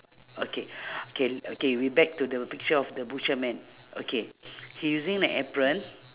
okay k k we back to the picture of the butcher man okay he using the apron